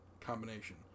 combination